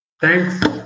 Thanks